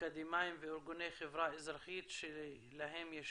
אקדמאים וארגוני חברה אזרחית שלהם יש